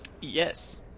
Yes